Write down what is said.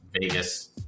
Vegas